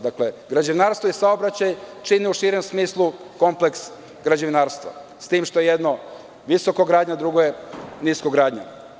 Dakle, građevinarstvo i saobraćaj čine u širem smislu kompleks građevinarstva s tim što je jedno visokogradnja, a drugo niskogradnja.